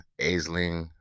Aisling